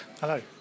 Hello